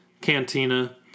Cantina